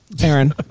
Aaron